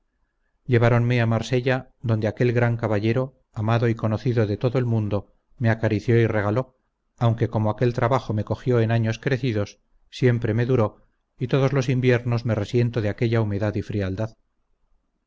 lleváronme a marsella donde aquel gran caballero amado y conocido de todo el mundo me acarició y regaló aunque como aquel trabajo me cogió en años crecidos siempre me duró y todos los inviernos me resiento de aquella humedad y frialdad